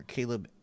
Caleb